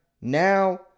Now